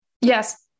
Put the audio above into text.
yes